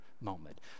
moment